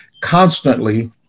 constantly